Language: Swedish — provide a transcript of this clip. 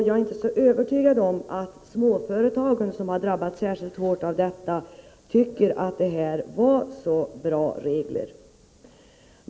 Jag är inte så övertygad om att småföretagen, som har drabbats särskilt hårt av detta, tycker att reglerna var så bra.